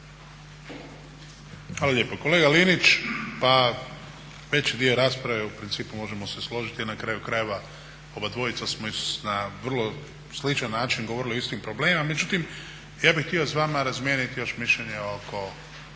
Hvala lijepo. Kolega Linić, pa veći dio rasprave u principu možemo se složiti jer na kraju krajeva obadvojica smo na vrlo sličan način govorili o istim problemima, međutim ja bih htio s vama razmijeniti još mišljenje oko